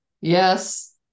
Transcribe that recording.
yes